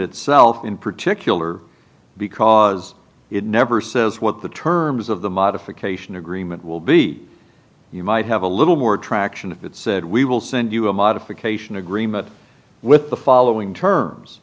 itself in particular because it never says what the terms of the modification agreement will be you might have a little more traction if it said we will send you a modification agreement with the following terms